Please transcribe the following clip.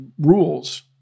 rules